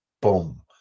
boom